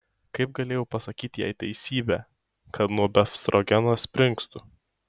kaip galėjau pasakyti jai teisybę kad nuo befstrogeno springstu